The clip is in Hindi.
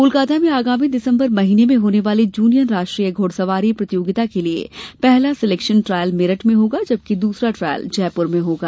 कोलकाता में आगामी दिसम्बर महीने में होने वाली जूनियर राष्ट्रीय घुड़सवारी प्रतियोगिता के लिए पहला सिलेक्शन ट्रायल मेरठ में होगा जबकि दूसरा ट्रायल जयपुर में होगा